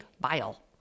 bile